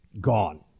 gone